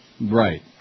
Right